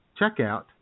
checkout